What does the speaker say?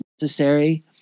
necessary